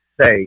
say